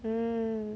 mm